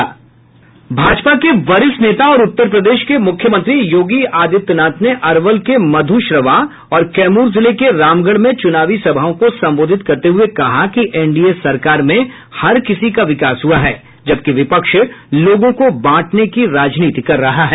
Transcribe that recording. भाजपा के वरिष्ठ नेता और उत्तर प्रदेश के मुख्यमंत्री योगी आदित्यनाथ ने अरवल के मधुश्रवा और कैमूर जिले के रामगढ़ में चुनावी सभाओं को संबोधित करते हुए कहा कि एनडीए सरकार में हर किसी का विकास हुआ है जबकि विपक्ष लोगों को बांटने की राजनीति कर रहा है